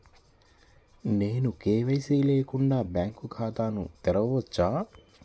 నేను కే.వై.సి లేకుండా బ్యాంక్ ఖాతాను తెరవవచ్చా?